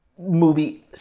movie